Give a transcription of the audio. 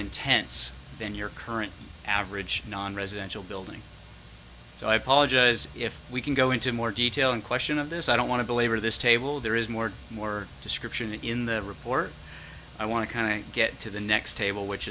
intense than your current average non residential building so i apologise if we can go into more detail in question of this i don't want to belabor this table there is more and more description in the report i want to kind of get to the next table which